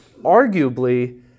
arguably